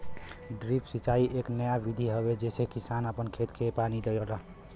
drip सिंचाई एक नया विधि हवे जेसे किसान आपन खेत के पानी देलन